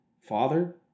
Father